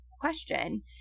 question